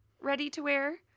ready-to-wear